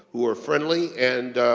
who are friendly. and,